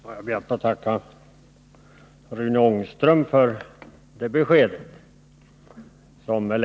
Herr talman! Jag ber att få tacka Rune Ångström för det beskedet.